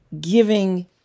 giving